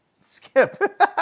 Skip